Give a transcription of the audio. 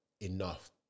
enough